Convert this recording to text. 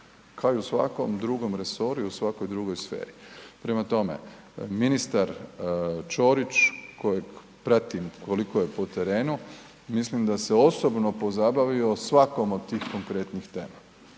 kao i u svakom drugom resoru i u svakoj drugoj sferi. Prema tome, ministar Ćorić kojeg pratim koliko je po terenu, mislim da se osobno pozabavio svakom od tih konkretnih tema